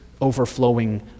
overflowing